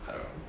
I don't know